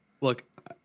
Look